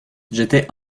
j’étais